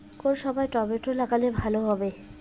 কোন সময় টমেটো লাগালে ভালো হবে?